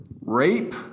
Rape